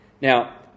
Now